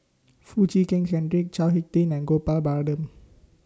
Foo Chee Keng Cedric Chao Hick Tin and Gopal Baratham